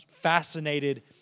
fascinated